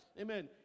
Amen